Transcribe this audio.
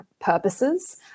purposes